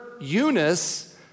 Eunice